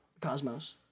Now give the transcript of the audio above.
cosmos